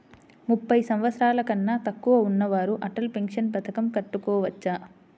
ముప్పై సంవత్సరాలకన్నా తక్కువ ఉన్నవారు అటల్ పెన్షన్ పథకం కట్టుకోవచ్చా?